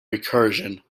recursion